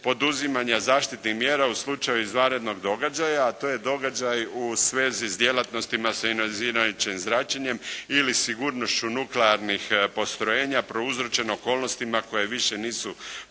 poduzimanja zaštite i mjera u slučaju izvanrednog događaja, a to je događaj u svezi s djelatnostima sa ionizirajućim zračenjem ili sigurnošću nuklearnih postrojenja, prouzročene okolnostima koje više nisu pod